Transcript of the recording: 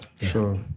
Sure